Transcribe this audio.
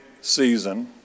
season